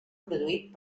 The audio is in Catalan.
produït